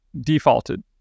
defaulted